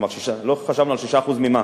כלומר, לא חשבנו על 6% ממה.